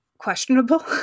questionable